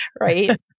Right